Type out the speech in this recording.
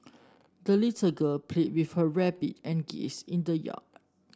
the little girl played with her rabbit and geese in the yard